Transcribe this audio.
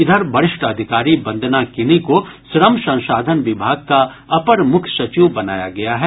इधर वरिष्ठ अधिकारी वन्दना किनी को श्रम संसाधन विभाग का अपर मुख्य सचिव बनाया गया है